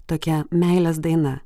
tokia meilės daina